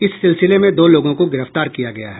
इस सिलसिले में दो लोगों को गिरफ्तार किया गया है